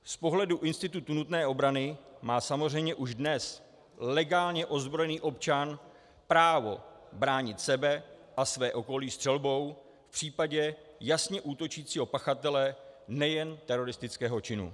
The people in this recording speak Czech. Z pohledu institutu nutné obrany má samozřejmě už dnes legálně ozbrojený občan právo bránit sebe a své okolí střelbou v případě jasně útočícího pachatele nejen teroristického činu.